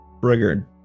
Brigard